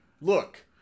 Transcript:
look